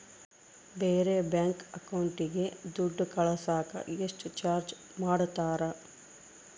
ಬೇರೆ ಬ್ಯಾಂಕ್ ಅಕೌಂಟಿಗೆ ದುಡ್ಡು ಕಳಸಾಕ ಎಷ್ಟು ಚಾರ್ಜ್ ಮಾಡತಾರ?